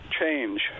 change